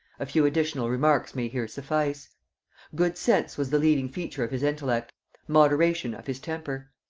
a few additional remarks may here suffice good sense was the leading feature of his intellect moderation of his temper.